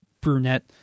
brunette